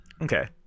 okay